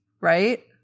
Right